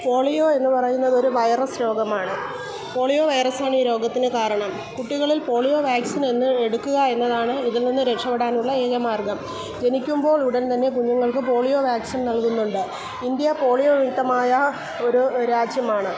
polio എന്ന് പറയുന്നതൊരു virus രോഗമാണ് പോളിയോ വയറസ്സാണ് ഈ രോഗത്തിന് കാരണം കുട്ടികളിൽ പോളിയോ വാക്സിനെന്ന് എക്കുക എന്നതാണ് ഇതിൽനിന്ന് രക്ഷപ്പെടാനുള്ള ഏകമാർഗ്ഗം ജനിക്കുമ്പോൾ ഉടൻ തന്നെ കുഞ്ഞുങ്ങൾക്ക് പോളിയോ വാക്സിൻ നൽകുന്നുണ്ട് ഇന്ത്യ പോളിയോ വിമുക്തമായ ഒരു രാജ്യമാണ്